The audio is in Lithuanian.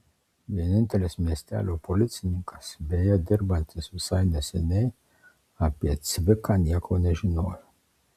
vienintelis miestelio policininkas beje dirbantis visai neseniai apie cviką nieko nežinojo